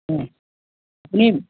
আপুনি